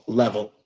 level